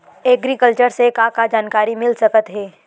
Agriculture से का का जानकारी मिल सकत हे?